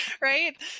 Right